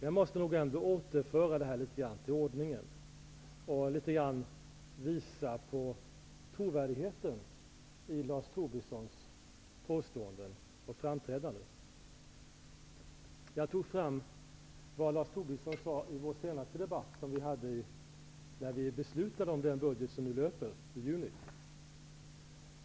Jag måste nog ändå återföra honom litet grand till ordningen och något visa på trovärdigheten i Lars Jag har tagit fram vad Lars Tobisson sade i den debatt som vi hade när riksdagen beslutade om den budget som nu löper.